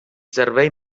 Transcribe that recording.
servei